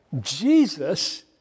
Jesus